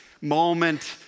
moment